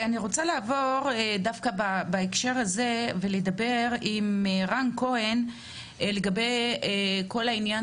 אני רוצה לעבור בהקשר הזה ולדבר עם רן כהן לגבי עניין